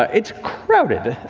um it's crowded.